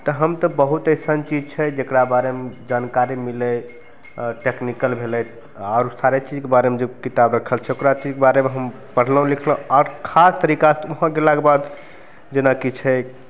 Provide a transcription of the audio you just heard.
तऽ हम तऽ बहुत अइसन चीज छै जकरा बारेमे जानकारी मिलय टेक्निकल भेलय आओर सारे चीजके बारेमे जे किताब रखल छै ओकरा बारेमे हम पढ़लहुँ लिखलहुँ आओर खास तरीकासँ वहाँ गेलाक बाद जेनाकि छै